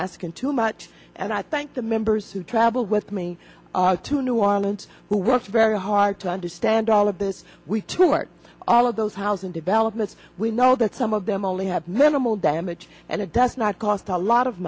asking too much and i thank the members who travel with me to new orleans who worked very hard to understand all of this we toured all of those housing developments we know that some of them only have men damage and it does not cost a lot of